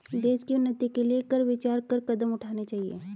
देश की उन्नति के लिए कर विचार कर कदम उठाने चाहिए